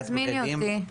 אז תזמיני אותי.